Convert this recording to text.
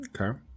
Okay